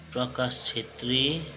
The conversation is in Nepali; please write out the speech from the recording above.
प्रकाश छेत्री